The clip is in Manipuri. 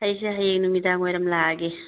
ꯑꯩꯁꯦ ꯍꯌꯦꯡ ꯅꯨꯃꯤꯗꯥꯡ ꯋꯥꯏꯔꯝ ꯂꯥꯛꯑꯒꯦ